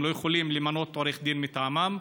הם לא יכולים למנות עורך דין מטעמם,